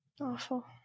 Awful